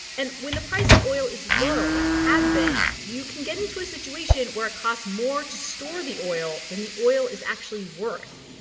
and when the price of oil is low, as it has been, you can get into a situation where it costs more to store the oil than the oil is actually worth.